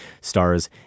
stars